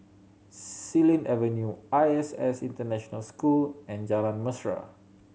Xilin Avenue I S S International School and Jalan Mesra